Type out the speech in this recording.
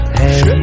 hey